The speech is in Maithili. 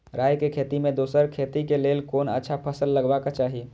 राय के खेती मे दोसर खेती के लेल कोन अच्छा फसल लगवाक चाहिँ?